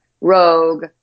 Rogue